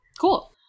cool